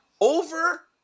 over